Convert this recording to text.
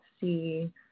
see